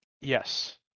Yes